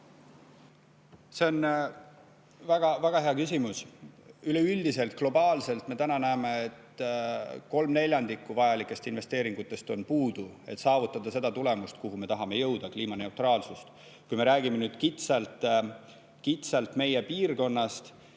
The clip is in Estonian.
See on väga hea küsimus. Üleüldiselt globaalselt me täna näeme, et kolm neljandikku vajalikest investeeringutest on puudu, et saavutada seda tulemust, milleni me tahame jõuda, ehk kliimaneutraalsust. Kui me räägime kitsalt meie piirkonnast,